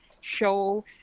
show